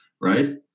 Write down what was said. right